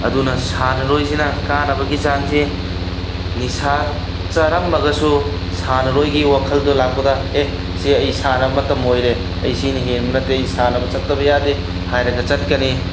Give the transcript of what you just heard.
ꯑꯗꯨꯅ ꯁꯥꯟꯅꯔꯣꯏꯖꯤꯅ ꯀꯥꯟꯅꯕꯒꯤ ꯆꯥꯡꯁꯤ ꯅꯤꯁꯥ ꯆꯥꯔꯝꯃꯒꯁꯨ ꯁꯥꯟꯅꯔꯣꯏꯒꯤ ꯋꯥꯈꯜꯗꯨ ꯂꯥꯛꯄꯗ ꯑꯦ ꯁꯤ ꯑꯩ ꯁꯥꯟꯅ ꯃꯇꯝ ꯑꯣꯏꯔꯦ ꯑꯩ ꯁꯤꯅ ꯍꯦꯟꯕ ꯅꯠꯇꯦ ꯑꯩ ꯁꯥꯟꯅꯕ ꯆꯠꯇꯕ ꯌꯥꯗꯦ ꯍꯥꯏꯔꯒ ꯆꯠꯀꯅꯤ